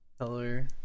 color